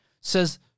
says